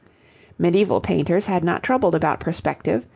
medieval painters had not troubled about perspective,